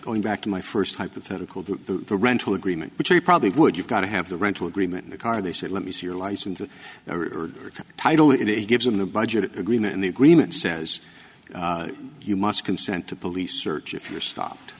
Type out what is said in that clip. going back to my first hypothetical to the rental agreement which he probably would you've got to have the rental agreement in the car they said let me see your license or title it gives them the budget agreement and the agreement says you must consent to police search if you're stopped